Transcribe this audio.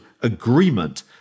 agreement